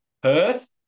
Perth